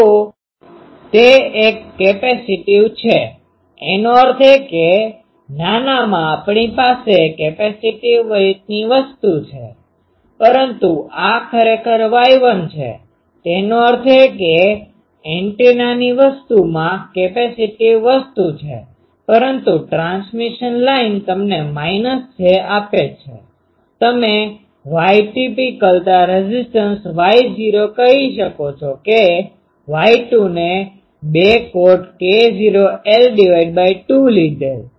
તો તે એક કેપેસિટીવ છે એનો અર્થ એ કે નાનામાં આપણી પાસે કેપેસિટીવ રીતની વસ્તુ છે પરંતુ આ ખરેખર Y1 છે તેનો અર્થ એ કે એન્ટેનાની વસ્તુમાં કેપેસિટીવ વસ્તુ છે પરંતુ ટ્રાન્સમિશન લાઇન તમને j આપે છે તમે Y ટીપીકલતા રેઝીસ્ટન્સ Y0 કહી શકો છો કે Y2 ને 2 કોટ K0 l 2 લીધેલ